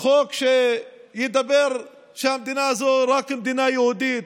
חוק שיאמר שהמדינה הזו היא רק מדינה יהודית,